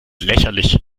lächerlich